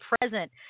present